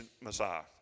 Messiah